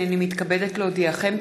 הנני מתכבדת להודיעכם,